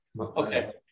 Okay